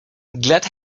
glad